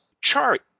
chart